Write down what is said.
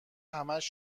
همش